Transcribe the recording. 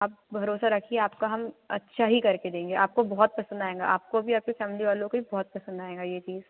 आप भरोसा रखिए आपका हम अच्छा ही करके देंगे आपको बहुत पसंद आएंगा आपको भी आपकी फ़ेमिली वालों को भी बहुत पसंद आएगा ये चीज़